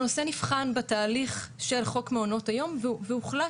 נבחן בתהליך של חוק מעונות היום והוחלט